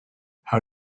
how